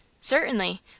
Certainly